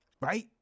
right